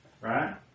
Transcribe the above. Right